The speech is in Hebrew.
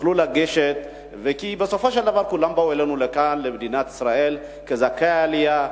כי בסופו של דבר כולם באו למדינת ישראל כזכאי עלייה,